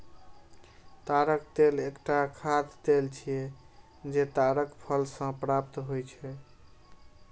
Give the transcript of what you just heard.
ताड़क तेल एकटा खाद्य तेल छियै, जे ताड़क फल सं प्राप्त होइ छै